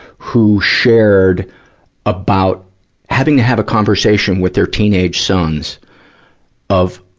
who shared about having to have a conversation with their teenage sons of,